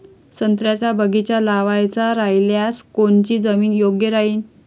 संत्र्याचा बगीचा लावायचा रायल्यास कोनची जमीन योग्य राहीन?